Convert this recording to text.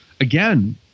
again